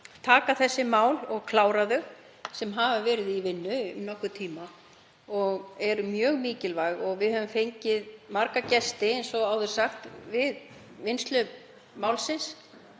taka þessi mál og klára þau, sem hafa verið í vinnu í nokkurn tíma og eru mjög mikilvæg. Við höfum fengið marga gesti eins og áður var sagt við vinnslu málsins.